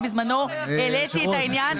בזמנו אני העליתי את העניין,